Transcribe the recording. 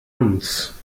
uns